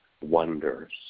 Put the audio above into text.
wonders